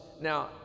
Now